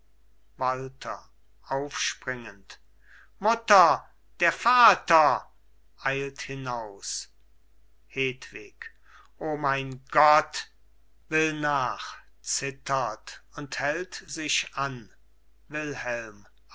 walther aufspringend mutter der vater eilt hinaus hedwig o mein gott will nach zittert und hält sich an wilhelm